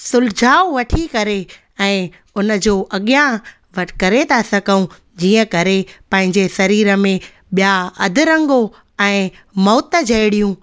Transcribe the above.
सुझाउ वठी करे ऐं उन जो अॻियां फट करे था सघूं जीअं करे पांजे शरीर में ॿिया अधरंगो ऐं मौत जहिड़ियूं